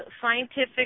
scientific